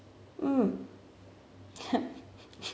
mm